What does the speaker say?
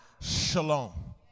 shalom